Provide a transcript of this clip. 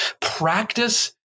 practice